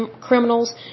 criminals